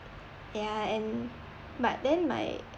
ya and but then my